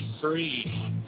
free